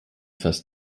fast